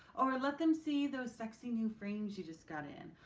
or let them see those sexy new frames you just got in.